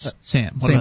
Sam